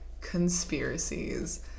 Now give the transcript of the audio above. conspiracies